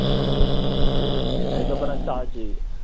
ஓ சரி சரி அதுக்கப்புறம் சார்ஜு